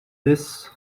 this